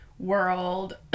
world